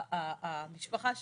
המשפחה שלי,